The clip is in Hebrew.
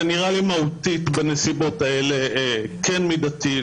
זה נראה לי מהותית בנסיבות האלה כן מידתי.